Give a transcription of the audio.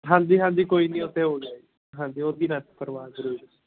ਹਾਂਜੀ ਹਾਂਜੀ ਕੋਈ ਨਹੀਂ ਉੱਥੇ ਹੋ ਜਾਏਗਾ ਹਾਂਜੀ ਉਹਦੀ ਨਾ ਪਰਵਾਹ ਕਰਿਓ ਜੀ